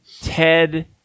Ted